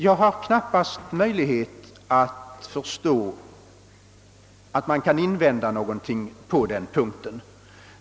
Jag kan knappast förstå att man kan invända någonting på den punkten.